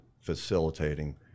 facilitating